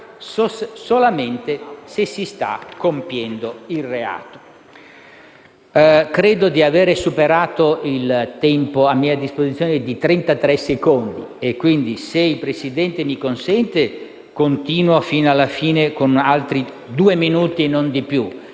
solamente se lì si sta compiendo il reato. Credo di aver superato il tempo a mia disposizione di trentatré secondi e, quindi, se il Presidente me le consente, continuo fino alla fine con altri due minuti e non di più;